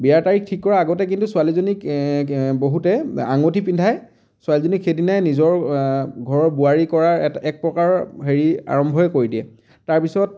বিয়াৰ তাৰিখ ঠিক কৰাৰ আগতে কিন্তু ছোৱালীজনীক বহুতে আঙুঠি পিন্ধাই ছোৱালীজনীক সেইদিনাই নিজৰ ঘৰৰ বোৱাৰী কৰাৰ এটা এক প্ৰকাৰৰ হেৰি আৰম্ভই কৰি দিয়ে তাৰ পিছত